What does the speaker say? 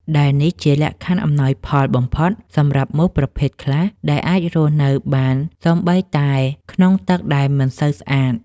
ដែលនេះជាលក្ខខណ្ឌអំណោយផលបំផុតសម្រាប់មូសប្រភេទខ្លះដែលអាចរស់នៅបានសូម្បីតែក្នុងទឹកដែលមិនសូវស្អាត។